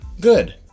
good